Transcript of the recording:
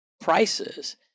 prices